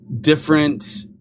different